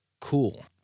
cool